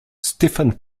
stéphane